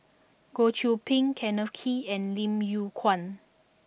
Goh Qiu Bin Kenneth Kee and Lim Yew Kuan